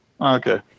Okay